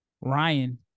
Ryan